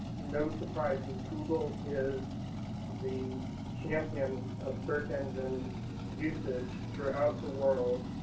no surprises, google is the champion of search engine usage throughout the world.